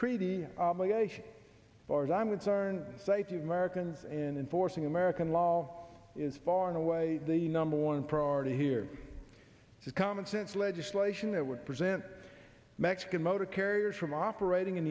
treaty obligation or as i'm concerned the safety of americans and enforcing american law is far and away the number one priority here is a common sense legislation that would prevent mexican motor carriers from operating in